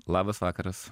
labas vakaras